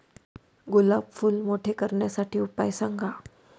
गुलाब फूल मोठे करण्यासाठी उपाय सांगा?